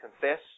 confess